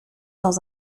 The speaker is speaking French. dans